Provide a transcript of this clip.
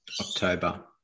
october